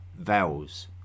vowels